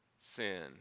sin